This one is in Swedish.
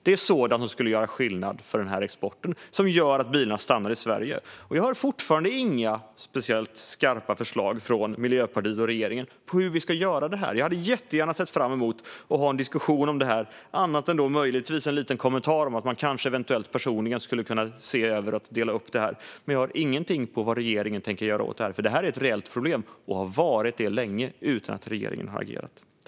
Det är sådant som skulle göra skillnad för exporten och göra att bilarna stannar i Sverige. Vi hör fortfarande inga särskilt skarpa förslag från Miljöpartiet och regeringen när det gäller hur vi ska göra detta. Jag hade sett fram emot en diskussion om detta och inte bara en liten kommentar om att Lorentz Tovatt möjligen personligen skulle kunna se över att dela upp detta. Men jag har inte hört något om vad regeringen tänker göra åt detta. Detta är ett reellt problem och har varit det länge, utan att regeringen har agerat.